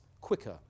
quicker